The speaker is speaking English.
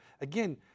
Again